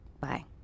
Bye